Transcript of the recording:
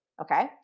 Okay